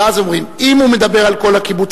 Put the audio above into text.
ואז אומרים: אם הוא מדבר על כל הקיבוצים,